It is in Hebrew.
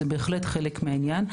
זה בהחלט חלק מהעניין.